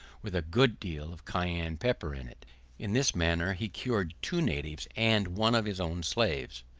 with a good deal of cayenne pepper in it. in this manner he cured two natives and one of his own slaves.